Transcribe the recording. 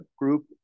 group